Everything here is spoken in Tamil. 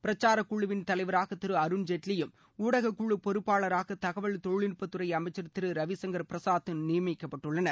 பிரச்சாரக் குழுவின் தலைவராக திரு அருண்ஜேட்லியும் ஊடக குழு பொறுப்பாளராக தகவல் தொழில்நுட்பத்துறை அமைச்சர் திரு ரவிசங்கர் பிரசாத்தும் நியமிக்கப்பட்டுள்ளனர்